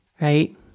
Right